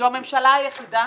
זו הממשלה היחידה